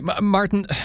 Martin